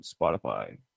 Spotify